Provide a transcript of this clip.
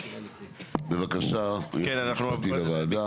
בבקשה היועץ המשפטי לוועדה.